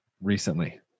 recently